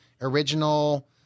original –